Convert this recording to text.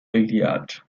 iliad